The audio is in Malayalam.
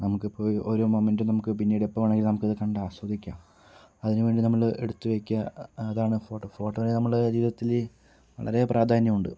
നമ്മക്കിപ്പോൾ ഒ ഓരോ മൊമൻറ്റും നമുക്ക് പിന്നീടെപ്പോൾ വേണമെങ്കിലും നമുക്കത് കണ്ട് ആസ്വദിക്കാം അതിന് വേണ്ടി നമ്മള് എട്ത്ത് വയ്ക്കുക അതാണ് ഫോട്ടോ ഫോട്ടോനെ നമ്മള് ജീവിതത്തില് വളരേ പ്രാധാന്യവുണ്ട്